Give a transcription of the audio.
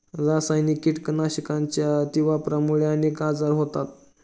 रासायनिक कीटकनाशकांच्या अतिवापरामुळे अनेक आजार होतात